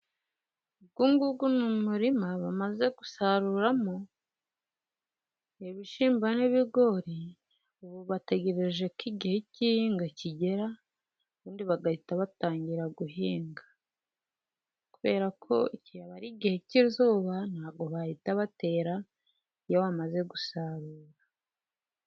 Uyunguyu ni umurima bamaze gusaruramo ibishyimbo n'ibigori, ubu bategereje ko igihe cy'ihinga kigera ubundi bagahita batangira guhinga kubera ko igihe cy'izuba ntabwo bahita batera iyo bamaze gusarura.